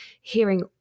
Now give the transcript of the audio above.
hearing